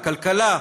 כלכלה.